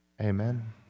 Amen